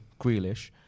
Grealish